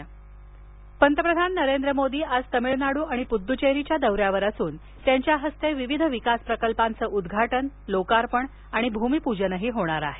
मोदी पंतप्रधान नरेंद्र मोदी आज तमिळनाडू आणि पूददुचेरीच्या दौऱ्यावर असून त्यांच्या हस्ते विविध विकास प्रकल्पांचं उद्घाटन लोकार्पण आणि भूमिपूजनही होणार आहे